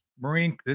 Marine